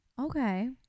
Okay